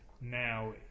now